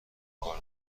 کار